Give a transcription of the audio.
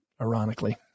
ironically